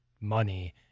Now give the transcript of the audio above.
money